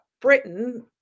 Britain